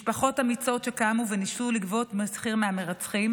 משפחות אמיצות שקמו וניסו לגבות מחיר מהמרצחים